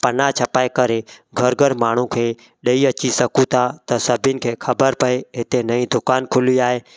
पना छपाए करे घरु घरु माण्हू खे ॾई अची सघूं था त सभिनि खे ख़बरु पए हिते नईं दुकानु खुली आहे